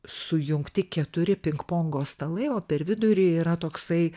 sujungti keturi pingpongo stalai o per vidurį yra toksai